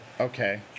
Okay